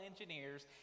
engineers